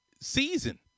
season